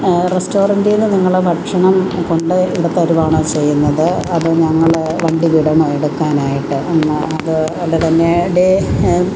റസ്റ്റോറൻറ്റിൽ നിന്ന് നിങ്ങൾ ഭക്ഷണം കൊണ്ട് ഇവിടെ തരുവാണോ ചെയ്യുന്നത് അതോ ഞങ്ങൾ വണ്ടി വിടണോ എടുക്കാനായിട്ട് അന്ന് അത് അത് തന്നെ ഡേ